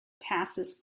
passes